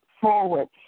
forward